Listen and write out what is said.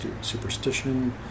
superstition